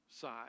side